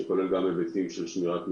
שכולל גם היבטים של שמירת מידע.